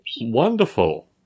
Wonderful